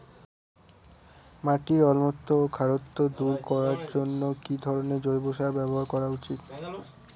মাটির অম্লত্ব ও খারত্ব দূর করবার জন্য কি ধরণের জৈব সার ব্যাবহার করা উচিৎ?